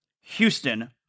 Houston